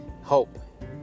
hope